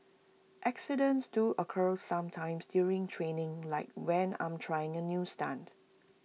accidents do occur sometimes during training like when I'm trying A new stunt